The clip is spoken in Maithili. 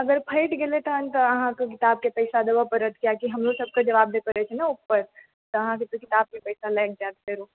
अगर फाटि गेलै तहन तऽ अहाँकेँ किताबके पैसा देबऽ पड़त कियाकि हमरो सभकेँ ने जबाब दै पड़ै छै ने ऊपर तऽ अहाँकेँ किताबके पैसा लागि जायत फेरो